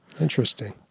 Interesting